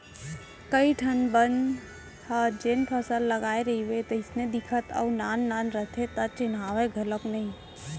कइ ठन बन ह जेन फसल लगाय रइबे तइसने दिखते अउ नान नान रथे त चिन्हावय घलौ नइ